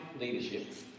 leadership